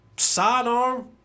Sidearm